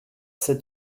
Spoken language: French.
sept